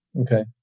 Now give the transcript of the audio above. Okay